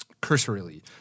Cursorily